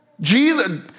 jesus